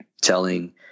telling